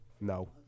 No